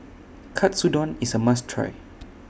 Katsudon IS A must Try